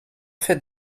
fait